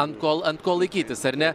ant kol ant ko laikytis ar ne